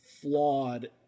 flawed